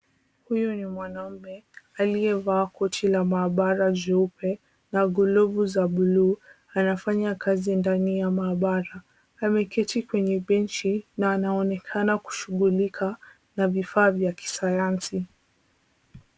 Huyu ni mwanaume aliyevaa koti la maabara jeupe na glovu za blue , anafanya kazi ndani ya maabara. Ameketi kwenye benchi na anaonekana kushughulika na vifaa vya kisayansi.